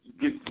get